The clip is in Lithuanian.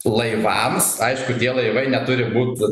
laivams aišku tie laivai neturi būt